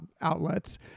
outlets